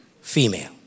female